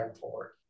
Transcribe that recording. forward